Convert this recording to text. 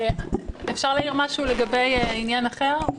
אם אפשר להעיר משהו לגבי עניין אחר?